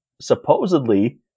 Supposedly